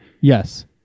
Yes